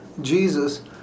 Jesus